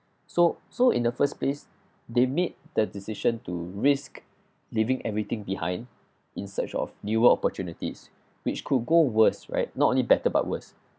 so so in the first place they made the decision to risk leaving everything behind in search of newer opportunities which could go worse right not only better but worse